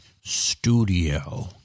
studio